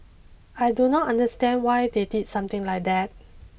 I do not understand why they did something like that